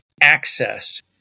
access